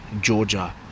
Georgia